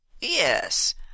yes